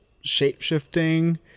shape-shifting